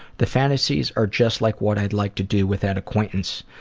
the fantasies are just like what i'd like to do with that acquaintance,